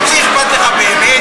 אם זה אכפת לך באמת,